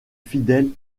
fidèles